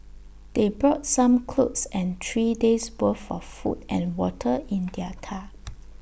they brought some clothes and three days' worth of food and water in their car